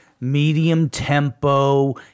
medium-tempo